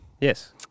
Yes